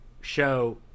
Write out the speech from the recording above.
show